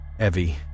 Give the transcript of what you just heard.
Evie